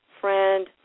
friend